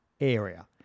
area